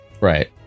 Right